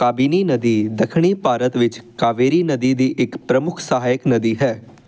ਕਾਬਿਨੀ ਨਦੀ ਦੱਖਣੀ ਭਾਰਤ ਵਿੱਚ ਕਾਵੇਰੀ ਨਦੀ ਦੀ ਇੱਕ ਪ੍ਰਮੁੱਖ ਸਹਾਇਕ ਨਦੀ ਹੈ